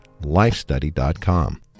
lifestudy.com